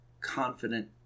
confident